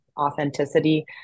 authenticity